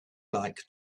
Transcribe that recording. like